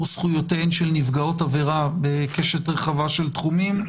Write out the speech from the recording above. זכויותיהן של נפגעות עברה בקשת רחבה של תחומים.